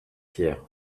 hier